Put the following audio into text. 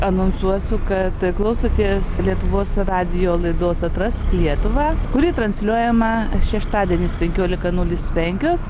anonsuosiu kad klausotės lietuvos radijo laidos atrask lietuvą kuri transliuojama šeštadieniais penkiolika nulis penkios